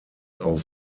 auf